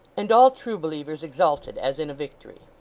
and all true believers exulted as in a victory.